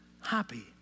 happy